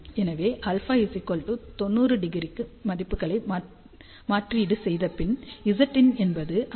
எனவே α 90° க்கு மதிப்புகளை மாற்றீடு செய்தப்பின் Zin என்பது 52